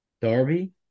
Darby